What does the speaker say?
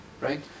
right